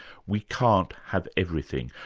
we can't have everything,